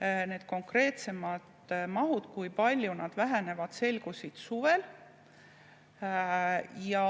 Need konkreetsemad mahud, kui palju nad vähenevad, selgusid suvel. Ja